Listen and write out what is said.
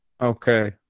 Okay